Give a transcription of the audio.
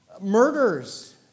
murders